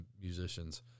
musicians